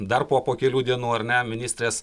dar po po kelių dienų ar ne ministrės